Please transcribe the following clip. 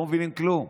הם לא מבינים כלום.